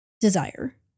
desire